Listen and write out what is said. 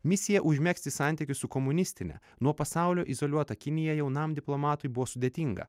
misija užmegzti santykius su komunistine nuo pasaulio izoliuota kinija jaunam diplomatui buvo sudėtinga